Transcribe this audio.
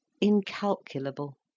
incalculable